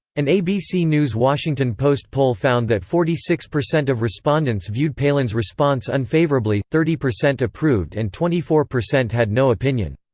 an abc news-washington post poll found that forty six percent of respondents viewed palin's response unfavorably, thirty percent approved and twenty four percent had no opinion.